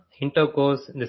Intercourse